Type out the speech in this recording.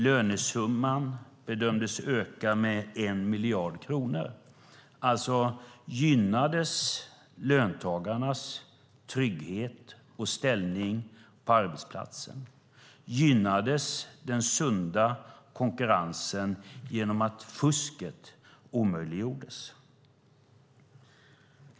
Lönesumman bedömdes öka med 1 miljard kronor. Alltså gynnades löntagarnas trygghet och ställning på arbetsplatsen. Den sunda konkurrensen gynnades genom att fusket omöjliggjordes.